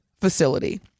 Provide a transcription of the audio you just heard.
facility